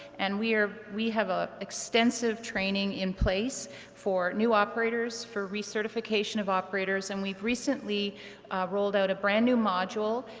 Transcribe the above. and we are we have ah extensive training in place for new operators, for recertification of operators and we've recently rolled out a brand new module,